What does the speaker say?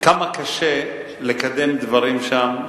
כמה קשה לקדם דברים שם.